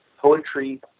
poetry